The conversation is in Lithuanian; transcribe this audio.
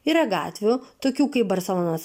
yra gatvių tokių kaip barselonos